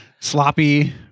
Sloppy